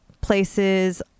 places